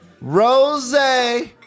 Rose